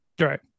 right